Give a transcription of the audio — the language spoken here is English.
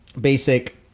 basic